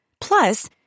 Plus